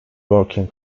working